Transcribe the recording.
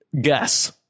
Guess